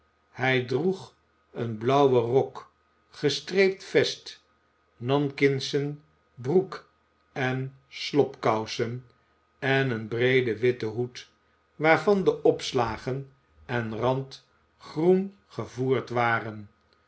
hij droeg een blauwen rok gestreept vest nankingschen broek en slobkousen en een breeden witten hoed waarvan de opslagen en rand groen gevoerd waren